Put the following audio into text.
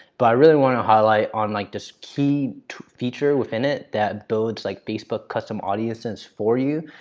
but i really want to highlight on like this key feature within it that builds like facebook custom audiences for you.